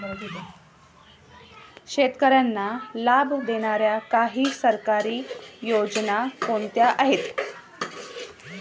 शेतकऱ्यांना लाभ देणाऱ्या काही सरकारी योजना कोणत्या आहेत?